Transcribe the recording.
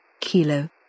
Kilo